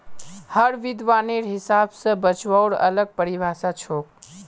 हर विद्वानेर हिसाब स बचाउर अलग परिभाषा छोक